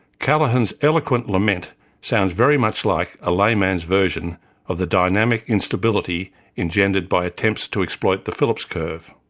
callaghan's eloquent lament sounds very much like a lay-man's version of the dynamic instability engendered by attempts to exploit the phillips curve.